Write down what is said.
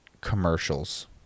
commercials